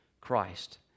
Christ